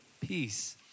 peace